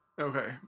Okay